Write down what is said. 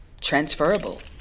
transferable